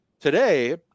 Today